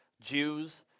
Jews